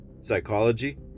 psychology